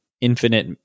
infinite